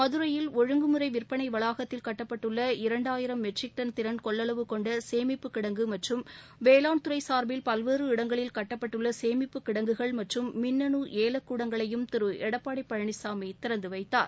மதுரையில் ஒழுங்குமுறை விற்பனை வளாகத்தில் கட்டப்பட்டுள்ள இரண்டாயிரம் மெட்ரிக் டன் திறன் கொள்ளளவு கொண்ட சேமிப்பு கிடங்கு மற்றும் வேளாண் துறை சார்பில் பல்வேறு இடங்களில் கட்டப்பட்டுள்ள சேமிப்பு கிடங்குகள் மற்றும் மின்னணு ஏலக்கூடங்களையும் திரு எடப்பாடி பழனிசாமி திறந்து வைத்தார்